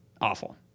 awful